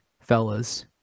fellas